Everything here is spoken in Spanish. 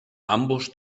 ambos